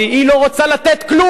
היא לא רוצה לתת כלום.